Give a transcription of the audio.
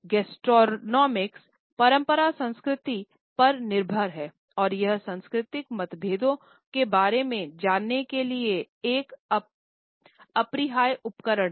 gastronomic परंपरा संस्कृति पर निर्भर है और यह सांस्कृतिक मतभेदों के बारे में जानने के लिए एक अपरिहार्य उपकरण है